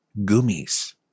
gummies